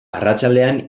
arratsaldean